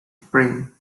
frame